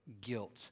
guilt